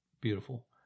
beautiful